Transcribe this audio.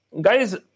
guys